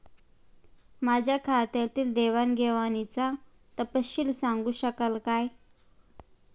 माझ्या खात्यातील देवाणघेवाणीचा तपशील सांगू शकाल काय?